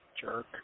Jerk